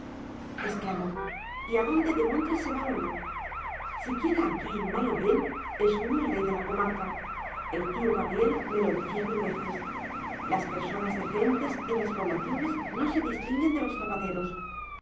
y a dónde demontre se va uno siquiera aquí mal o bien es uno el rey de la comarca el tío gabriel me lo decía mil veces las personas decentes en las poblaciones no se distinguen de los zapateros